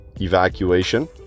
evacuation